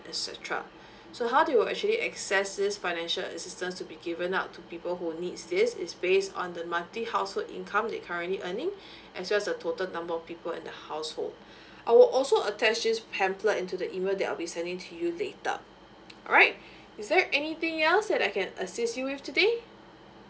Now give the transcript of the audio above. E_C_T so how do you actually access this financial assistance to be given out to people who needs this is based on the monthly household income they currently earning as well as the total number of people in the household I will also attach this pamphlet into the email that I'll be sending to you later alright is there anything else that I can assist you with today